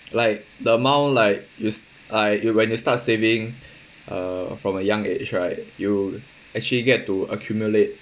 like the amount like you s~ like when you start saving uh from a young age right you actually get to accumulate